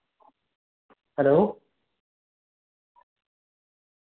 hello